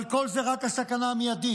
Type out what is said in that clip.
אבל כל זה רק הסכנה המיידית.